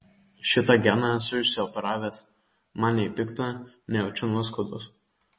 šitą geną esu išsioperavęs man nei pikta nei jaučiu nuoskaudos